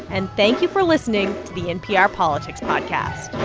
and thank you for listening to the npr politics podcast